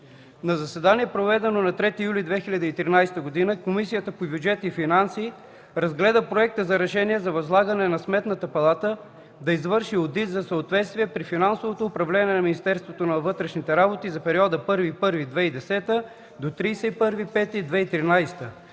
На заседание, проведено на 3 юли 2013 г. Комисията по бюджет и финанси разгледа проекта за решение за възлагане на Сметната палата да извърши одит за съответствие при финансовото управление на Министерството на вътрешните работи за периода от 1 януари 2010